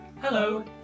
Hello